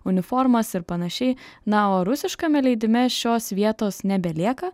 uniformas ir panašiai na o rusiškame leidime šios vietos nebelieka